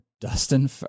Dustin